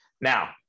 Now